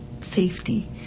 safety